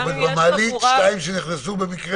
זאת אומרת, שניים שנכנסו במקרה